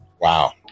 Wow